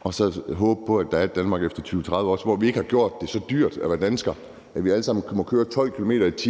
og så håbe på, at der er et Danmark efter 2030 også. For det skal ikke være sådan, at vi har gjort det så dyrt at være dansker, at vi alle sammen kun må køre 12 km/t.